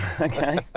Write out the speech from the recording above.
Okay